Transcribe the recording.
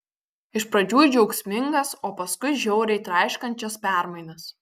iš pradžių džiaugsmingas o paskui žiauriai traiškančias permainas